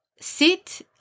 sit